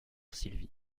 sylvie